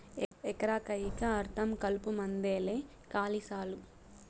ఎకరా కయ్యికా అర్థం కలుపుమందేలే కాలి సాలు